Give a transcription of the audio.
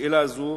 שאלה הזאת